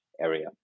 area